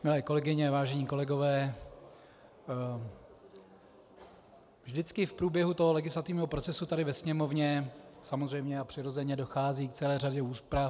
Milé kolegyně, vážení kolegové, vždycky v průběhu legislativního procesu tady ve Sněmovně samozřejmě a přirozeně dochází k celé řadě úprav.